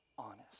Honest